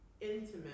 intimate